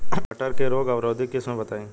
मटर के रोग अवरोधी किस्म बताई?